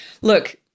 look